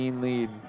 lead